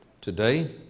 Today